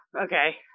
okay